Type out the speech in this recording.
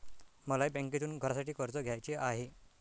मलाही बँकेतून घरासाठी कर्ज घ्यायचे आहे